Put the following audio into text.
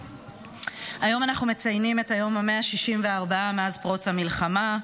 היום אנחנו מציינים את היום ה-164 מאז פרוץ המלחמה,